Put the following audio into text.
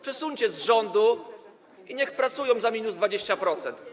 Przesuńcie z rządu i niech pracują za minus 20%.